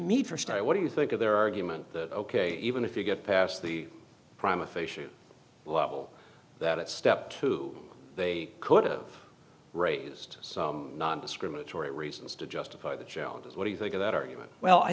star what do you think of their argument that ok even if you get past the prime official level that step two they could have raised so nondiscriminatory reasons to justify the challengers what do you think of that argument well i